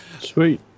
Sweet